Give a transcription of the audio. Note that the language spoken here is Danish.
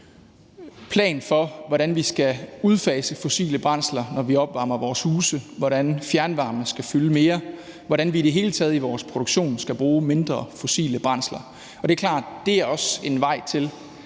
plan for, hvordan vi skal udfase fossile brændsler, når vi opvarmer vores huse, hvordan fjernvarme skal fylde mere, og hvordan vi i det hele taget i vores produktion skal bruge færre fossile brændsler. Det er klart, at det også er en vej til,